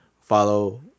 follow